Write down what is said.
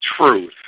truth